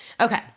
Okay